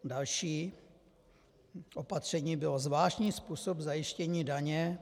Další opatření bylo zvláštní způsob zajištění daně.